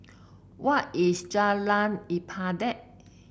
where is Jalan Ibadat